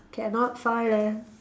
cannot find leh